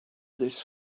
this